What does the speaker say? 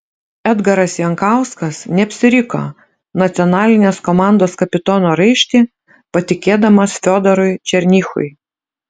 edgaras jankauskas neapsiriko nacionalinės komandos kapitono raištį patikėdamas fiodorui černychui